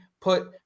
put